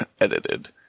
edited